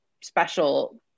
special